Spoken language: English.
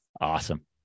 awesome